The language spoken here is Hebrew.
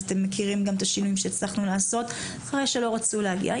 אז אתם מכירים גם את השינויים שהצלחנו לעשות אחרי שלא רצו להגיע.